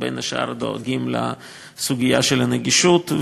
בין השאר אנחנו דואגים לסוגיה של הנגישות.